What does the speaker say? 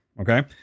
Okay